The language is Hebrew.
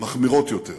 מחמירות יותר,